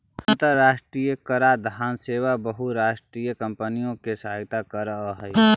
अन्तराष्ट्रिय कराधान सेवा बहुराष्ट्रीय कॉम्पनियों की सहायता करअ हई